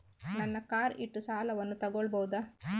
ನನ್ನ ಕಾರ್ ಇಟ್ಟು ಸಾಲವನ್ನು ತಗೋಳ್ಬಹುದಾ?